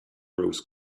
rose